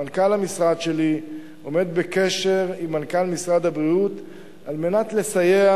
מנכ"ל המשרד שלי עומד בקשר עם מנכ"ל משרד הבריאות על מנת לסייע,